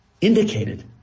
indicated